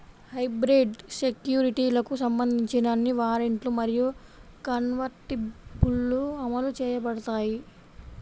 hybrid సెక్యూరిటీలకు సంబంధించిన అన్ని వారెంట్లు మరియు కన్వర్టిబుల్లు అమలు చేయబడతాయి